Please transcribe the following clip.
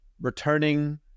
returning